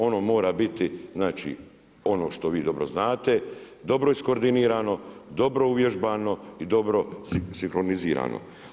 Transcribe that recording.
Ono mora biti, znači ono što vi dobro znate dobro iskoordinirano, dobro uvježbano i dobro sinhronizirano.